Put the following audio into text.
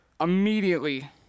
immediately